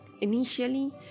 Initially